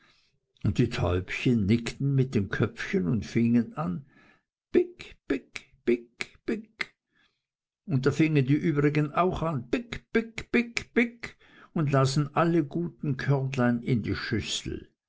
und die täubchen nickten mit den köpfchen und fingen an pick pick pick pick und da fingen die übrigen auch an pick pick pick pick und lasen alle guten körnlein in die schüssel